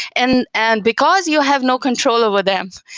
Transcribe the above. and and because you have no control over them,